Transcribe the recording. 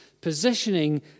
Positioning